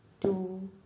two